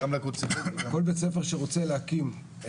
כל בית ספר שרוצה להקים,